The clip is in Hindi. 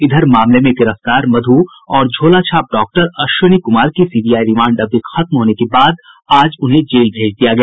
इधर मामले में गिरफ्तार मधू और झोला छाप डॉक्टर अश्विनी कुमार की सीबीआई रिमांड अवधि खत्म होने के बाद आज उन्हें जेल भेज दिया गया